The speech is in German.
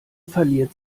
verliert